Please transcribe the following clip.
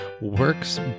works